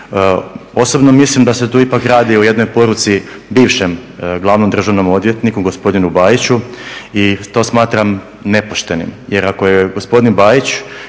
Osobno mislim da se tu ipak radi o jednoj poruci bivšem glavnom državnom odvjetniku gospodinu Bajiću i to smatram nepoštenim, jer ako je gospodin Bajić